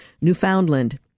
Newfoundland